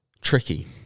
Tricky